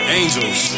angels